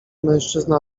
mężczyzna